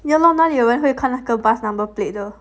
ya loh 哪里有人会看那个 bus number plate 的